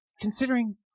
considering